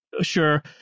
sure